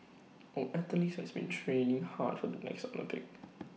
our athletes have been training hard for the next Olympics